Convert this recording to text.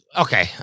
okay